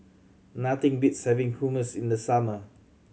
nothing beats having Hummus in the summer